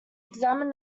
examined